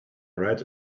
red